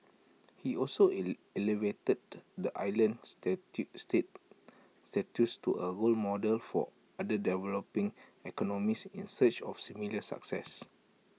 he also elevated the island status state status to A model for other developing economies in search of similar success